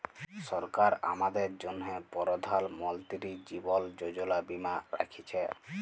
সরকার আমাদের জ্যনহে পরধাল মলতিরি জীবল যোজলা বীমা রাখ্যেছে